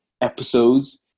episodes